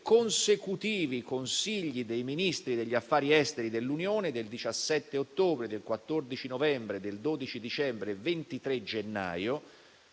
consecutivi Consigli dei ministri degli affari esteri dell'Unione (del 17 ottobre, del 14 novembre, del 12 dicembre e del 23 gennaio),